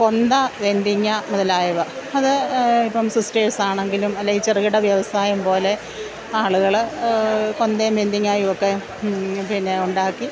കൊന്ത വെന്തിങ്ങാ മുതലായവ അത് ഇപ്പോള് സിസ്റ്റേഴ്സാണെങ്കിലും അല്ലേ ചെറുകിടവ്യവസായം പോലെ ആളുകള് കൊന്തയും വെന്തിങ്ങായും ഒക്കെ പിന്നെ ഉണ്ടാക്കി